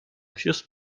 fuse